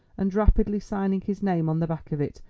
and, rapidly signing his name on the back of it,